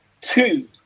Two